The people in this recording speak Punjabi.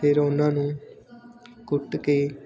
ਫਿਰ ਉਹਨਾਂ ਨੂੰ ਕੁੱਟ ਕੇ